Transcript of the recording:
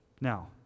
Now